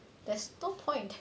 there's no point